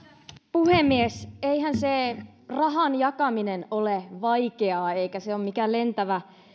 puhemies eihän se rahan jakaminen ole vaikeaa eikä se ole mikään lentävä